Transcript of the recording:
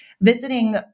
visiting